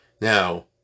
Now